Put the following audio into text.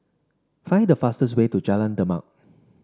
find the fastest way to Jalan Demak